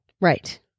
Right